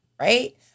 Right